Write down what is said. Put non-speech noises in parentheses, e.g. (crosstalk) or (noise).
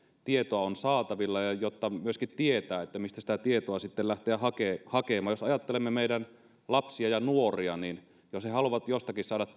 tietoa saatavilla ja jokainen myöskin tietää mistä sitä tietoa sitten lähteä hakemaan jos ajattelemme meidän lapsia ja nuoria niin jos he haluavat jostakin saada (unintelligible)